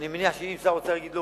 אני מניח שאם שר האוצר יגיד "לא",